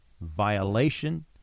violation